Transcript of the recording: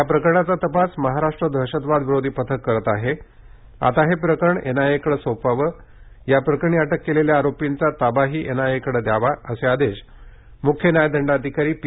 या प्रकरणाचा तपास महाराष्ट्र दहशतवाद विरोधी पथक करत आहे आता हे प्रकरण एनआयए कडे सोपवाव या प्रकरणी अटक केलेल्या आरोपींचा ताबाही एनआयए कडे द्यावा असे आदेश मुख्य न्यायदंडाधिकारी पी